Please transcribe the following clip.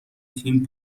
تیم